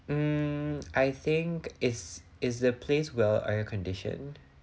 um I think is is the place well air conditioned